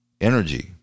energy